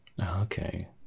okay